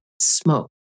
smoke